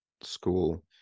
school